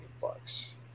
bucks